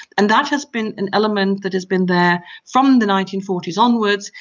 and that has been an element that has been there from the nineteen forty s onwards.